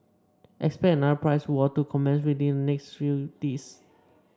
expect another price war to commence within the next few days